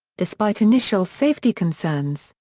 despite initial safety concerns,